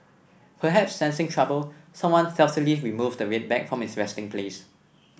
perhaps sensing trouble someone stealthily removes the red bag from its resting place